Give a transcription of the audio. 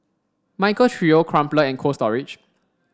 Michael Trio Crumpler and Cold Storage